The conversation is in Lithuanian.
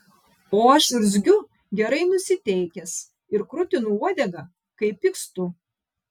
o aš urzgiu gerai nusiteikęs ir krutinu uodegą kai pykstu